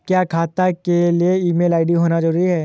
क्या खाता के लिए ईमेल आई.डी होना जरूरी है?